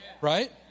right